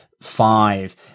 five